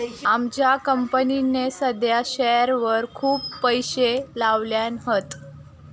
आमच्या कंपनीन साध्या शेअरवर खूप पैशे लायल्यान हत